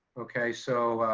okay. so